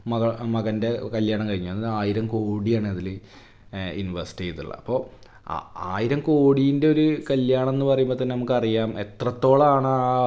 മകാ മകന്റെ കല്യണം കഴിഞ്ഞു അതെന്നു ആയിരം കോടിയാണതിൽ ഇന്വെസ്റ്റ് ചെയ്തിട്ടുള്ള അപ്പോൾ ആ ആയിരം കോടീന്റെ ഒരു കല്ല്യാണമെന്നു പറയുമ്പം തന്നെ നമുക്കറിയാം എത്രത്തോളമാണാ